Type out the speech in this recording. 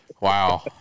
Wow